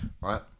right